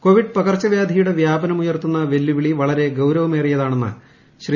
Covid പകർച്ച വ്യാധിയുടെ വ്യാപനം ഉയർത്തുന്ന വെല്ലുവിളി വളരെ ഗൌരവമേറിയതാണ് എന്ന് ശ്രീ